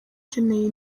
ukeneye